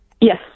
Yes